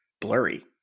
blurry